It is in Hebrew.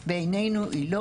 בעינינו היא לא